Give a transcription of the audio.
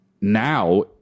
now